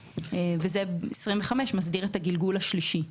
25 מסדיר את הגלגול השלישי,